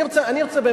אני רוצה,